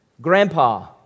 Grandpa